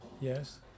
Yes